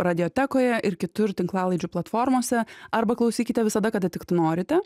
radiotekoje ir kitur tinklalaidžių platformose arba klausykite visada kada tik tai norite